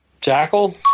Jackal